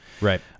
Right